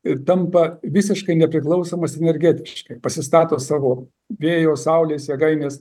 ir tampa visiškai nepriklausomas energetiškai pasistato savo vėjo saulės jėgaines